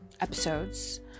episodes